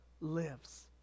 lives